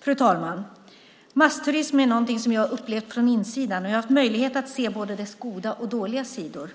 Fru talman! Massturism är någonting som jag har upplevt från insidan. Jag har haft möjlighet att se både dess goda och dåliga sidor.